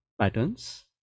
patterns